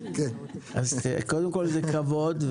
קודם כול זה כבוד,